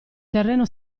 terreno